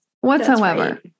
whatsoever